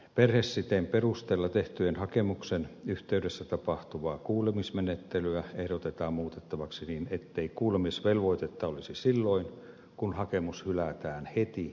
perhesiteen perusteella tehdyn hakemuksen yhteydessä tapahtuvaa kuulemismenettelyä ehdotetaan muutettavaksi niin ettei kuulemisvelvoitetta olisi silloin kun hakemus hylätään heti perusteettomana